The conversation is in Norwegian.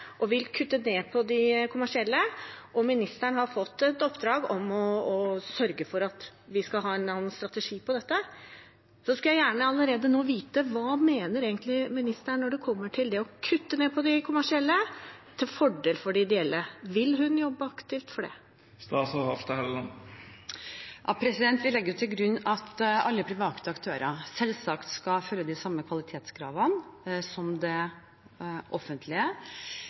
og vil kutte ned på de kommersielle, og ministeren har fått i oppdrag å sørge for at vi skal ha en annen strategi for dette, skulle jeg gjerne allerede nå vite: Hva mener egentlig ministeren om det å kutte ned på de kommersielle til fordel for de ideelle? Vil hun jobbe aktivt for det? Vi legger til grunn at alle private aktører selvsagt skal følge de samme kvalitetskravene som det offentlige.